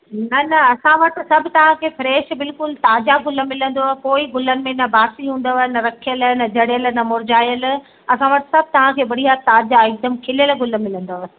न न असां वटि सभु तव्हांखे फ्रेश बिल्कुलु ताज़ा गुल मिलंदव कोई गुलनि में न बासी हूंदव न रखियल जड़ियल न मुरझायल असां वटि सभु तव्हांखे बढ़िया ताज़ा हिकदमि खिलियल गुल मिलंदव